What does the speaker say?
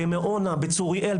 בצוריאל,